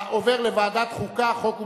עובר לוועדת חוקה,